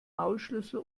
maulschlüssel